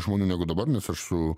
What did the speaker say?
žmonių negu dabar nes aš su